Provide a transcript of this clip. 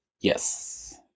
Yes